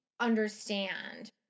understand